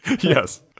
Yes